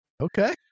Okay